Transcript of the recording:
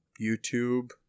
YouTube